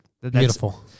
Beautiful